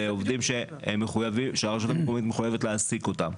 ועובדים שהרשות המקומית מחויבת להעסיק אותם.